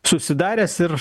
susidaręs ir